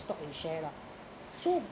stock and share lah so